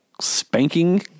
spanking